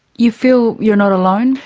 you feel you're not alone?